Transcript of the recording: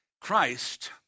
Christ